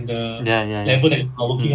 ya ya